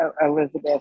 Elizabeth